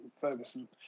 Ferguson